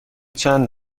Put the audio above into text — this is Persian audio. چند